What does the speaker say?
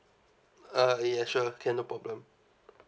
uh yeah sure can no problem